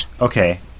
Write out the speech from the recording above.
okay